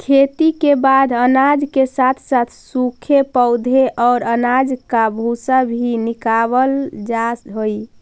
खेती के बाद अनाज के साथ साथ सूखे पौधे और अनाज का भूसा भी निकावल जा हई